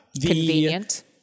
Convenient